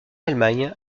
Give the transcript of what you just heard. allemagne